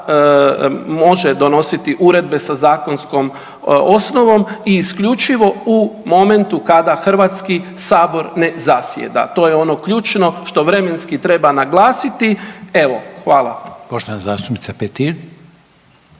može donositi uredbe sa zakonskom osnovom i isključivo u momentu kada Hrvatski sabor ne zasjeda. To je ono ključno što vremenski treba naglasiti. Evo, hvala.